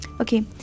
Okay